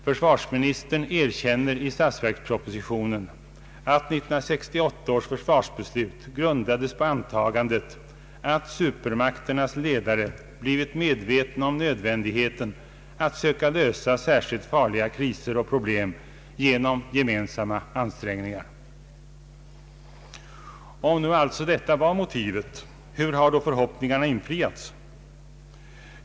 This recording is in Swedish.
Försvarsministern erkänner i statsverkspropositionen att 1968 års för svarsbeslut grundades på antagandet att supermakternas ledare blivit medvetna om nödvändigheten att söka lösa särskilt farliga kriser och problem genom gemensamma ansträngningar. Om nu alltså detta var motivet, hur har då förhoppningarna infriats?